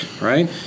right